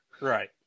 Right